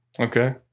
Okay